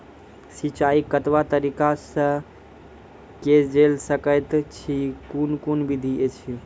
सिंचाई कतवा तरीका सअ के जेल सकैत छी, कून कून विधि ऐछि?